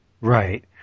right